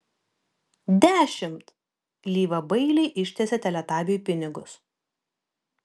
dešimt lyva bailiai ištiesė teletabiui pinigus